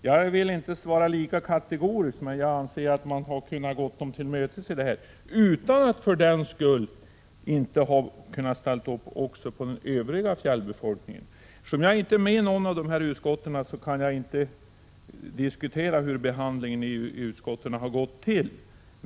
Jag vill inte svara lika kategoriskt, men jag anser att vi hade kunnat gå dem till mötes utan att för den skull låta bli att ställa upp också för den övriga fjällbefolkningen. Eftersom jag inte är med i något av dessa utskott kan jag inte diskutera hur 141 behandlingen i utskotten har gått till.